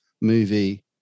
movie